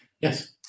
Yes